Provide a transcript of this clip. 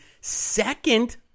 second